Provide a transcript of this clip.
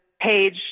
page